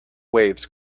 waves